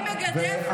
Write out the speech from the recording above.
אני כן אגיד לך